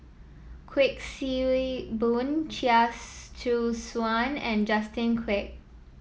Kuik Swee Boon Chia Choo Suan and Justin Quek